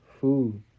food